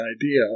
idea